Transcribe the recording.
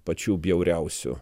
pačių bjauriausių